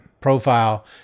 profile